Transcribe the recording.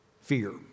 fear